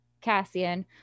Cassian